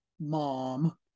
mom